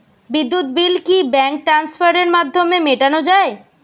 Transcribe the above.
বিদ্যুৎ বিল কি ব্যাঙ্ক ট্রান্সফারের মাধ্যমে মেটানো য়ায়?